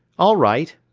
all right,